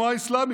לתנועה האסלאמית.